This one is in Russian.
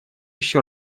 еще